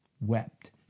wept